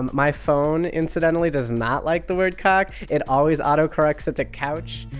my phone incidentally does not like the word! cock. it always autocorrects to! couch.